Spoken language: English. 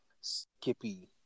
Skippy